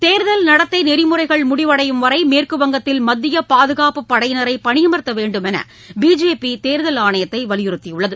தேர்தல் நடத்தை நெறிமுறைகள் முடிவடையும் வரை மேற்கு வங்கத்தில் மத்திய பாதுகாப்புப் படையினரை பணியமர்த்த வேண்டும் என்று பிஜேபி தேர்தல் ஆணையத்தை வலியுறுத்தியுள்ளது